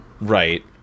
Right